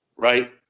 right